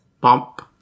Bump